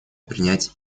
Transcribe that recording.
принять